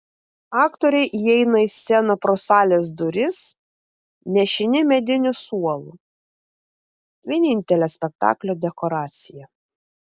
aktoriai įeina į sceną pro salės duris nešini mediniu suolu vienintele spektaklio dekoracija